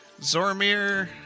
Zormir